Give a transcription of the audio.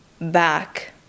back